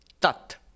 Tat